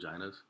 Vaginas